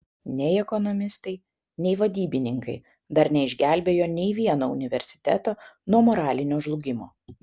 nei ekonomistai nei vadybininkai dar neišgelbėjo nei vieno universiteto nuo moralinio žlugimo